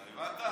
הבנת?